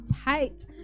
tight